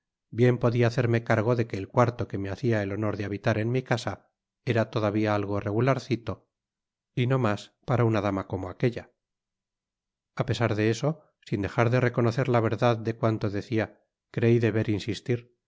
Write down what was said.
bien podia hacerme cargo de que el cuarto que me hacia el honor de habitar en mi casa era todavia algo regularcito y no mas para una dama como aquella a pesar de eso sin dejar de reconocer la verdad de cuanto decia crei deber insistir